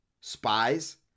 spies